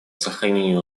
сохранению